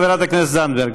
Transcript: חברת הכנסת זנדברג.